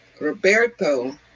Roberto